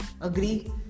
agree